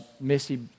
Missy